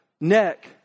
neck